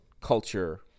culture